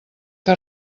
que